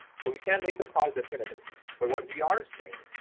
so, we can make the call definitively, but what we are saying,